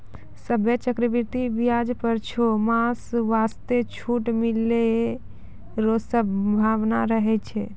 सभ्भे चक्रवृद्धि व्याज पर छौ मास वास्ते छूट मिलै रो सम्भावना रहै छै